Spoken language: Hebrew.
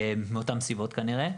מאותן סיבות כנראה.